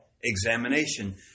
examination